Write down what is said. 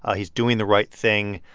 ah he's doing the right thing,